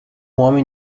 homem